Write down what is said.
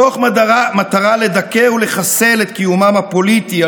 מתוך מטרה לדכא ולחסל את קיומם הפוליטי,